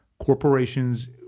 corporations